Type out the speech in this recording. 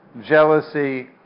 jealousy